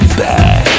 back